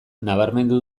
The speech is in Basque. nabarmendu